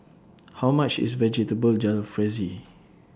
How much IS Vegetable Jalfrezi